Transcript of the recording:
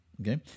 Okay